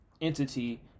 entity